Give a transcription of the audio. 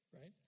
right